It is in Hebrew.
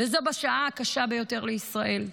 וזאת בשעה הקשה ביותר לישראל.